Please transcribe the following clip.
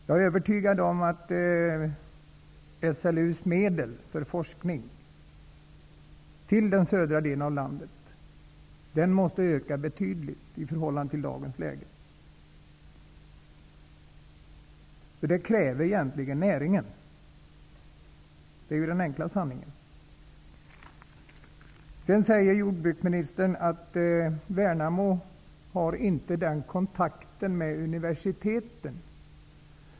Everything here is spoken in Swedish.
Jag är övertygad om att SLU:s medel för forskning till den södra delen av landet måste öka betydligt i förhållande till dagens läge. Det kräver egentligen näringen -- det är den enkla sanningen. Sedan säger jordbruksministern att Värnamo inte har den kontakt med universiteten som behövs.